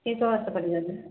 ए चौरास्तापट्टि जाँदैछ